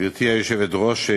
היושבת-ראש,